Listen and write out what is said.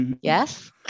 Yes